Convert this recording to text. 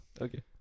Okay